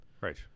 right